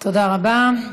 תודה רבה.